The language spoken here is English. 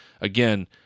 again